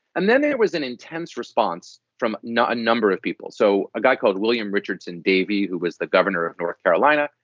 and then there was an intense response from not a number of people. so a guy called william richardson david, who was the governor of north carolina,